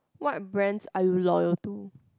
what brands are you loyal to